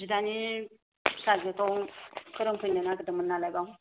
बिदानि फिसाजोखौ फोरोंफैनो नागेरदोंमोन नालाय बाव